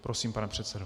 Prosím, pane předsedo.